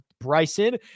Bryson